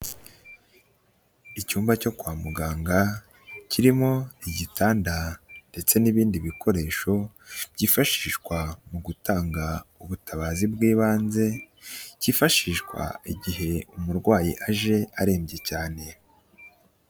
Icyumba cyo kwa muganga kirimo igitanda, ndetse n'ibindi bikoresho byifashishwa mu gutanga ubutabazi bw'ibanze, cyifashishwa igihe umurwayi aje arembye cyane.